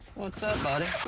what's up, buddy?